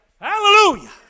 Hallelujah